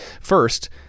First